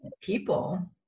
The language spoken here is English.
people